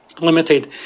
Limited